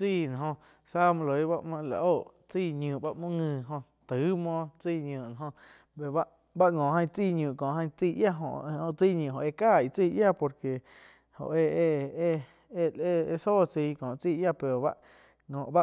Chain noh joh záh muo loi ba muo oh chain ñiu ba muoh ngi jo taíh muoh, chái ñiu no oh bá, bá ngo ain chai ñiu cóh aih chai yiáh oh chai ñiuh óh éh caaih chai yiah por que jo éh-éh-éh sóh cháin có tsai yiáh pero bá